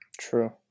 True